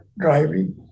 driving